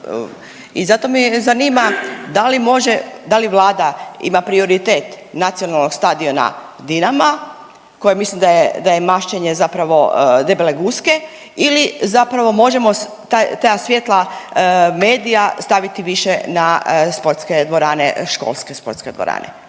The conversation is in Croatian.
I zato me zanima da li može, da li vlada ima prioritet nacionalnog stadiona Dinama koje mislim da je, da je mašćenje zapravo debele guske ili zapravo možemo ta svjetla medija staviti više na sportske dvorane, školske sportske dvorane.